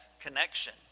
connection